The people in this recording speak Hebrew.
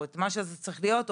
או את מה שצריך להיות,